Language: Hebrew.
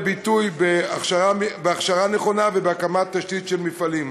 ביטוי בהכשרה נכונה ובהקמת תשתית של מפעלים.